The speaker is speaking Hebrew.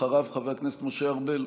אחריו, חבר הכנסת משה ארבל.